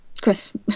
Chris